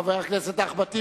חבר הכנסת אחמד טיבי,